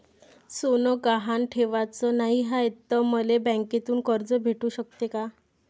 सोनं गहान ठेवाच नाही हाय, त मले बँकेतून कर्ज भेटू शकते का?